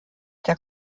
der